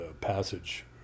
passage